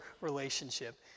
relationship